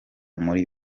muri